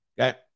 Okay